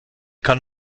kann